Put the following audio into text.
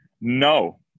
no